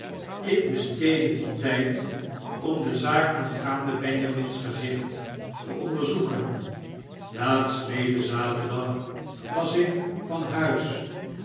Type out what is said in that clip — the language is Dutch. ik besteedde dien tijd om de zaak aangaande benjamin's gezicht te onderzoeken laatstleden zaterdag was ik van huis